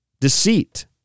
deceit